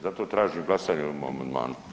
Zato tražim glasanje o ovom amandmanu.